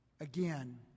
Again